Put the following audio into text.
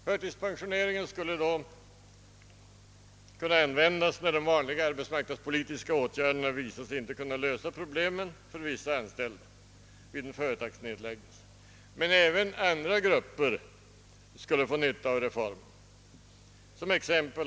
Förtidspensionering skulle då kunna användas när övriga arbetsmarknadspolitiska åtgärder inte löser problemen för vissa anställda vid en företagsnedläggelse. Även andra grupper skulle få nytta av den reformen.